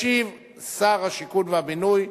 ישיב שר השיכון והבינוי,